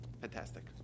Fantastic